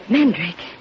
Mandrake